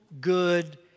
good